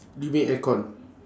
you mean aircon